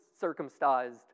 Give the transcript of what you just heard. circumcised